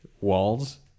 Walls